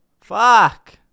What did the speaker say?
Fuck